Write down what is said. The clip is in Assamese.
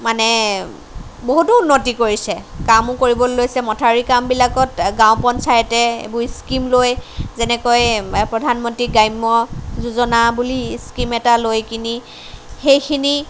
মানে বহুতো উন্নতি কৰিছে কামো কৰিবলৈ লৈছে মথাউৰিৰ কামবিলাকত গাঁও পঞ্চায়তে এইবোৰ স্কীম লৈ যেনেকৈ প্ৰধানমন্ত্ৰী গ্ৰাম্য যোজনা বুলি স্কীম এটা লৈ কিনি সেইখিনি